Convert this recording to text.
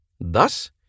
Thus